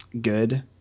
good